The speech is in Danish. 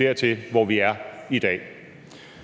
Danmark dertil, hvor vi er i dag.